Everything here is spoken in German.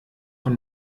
von